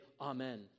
amen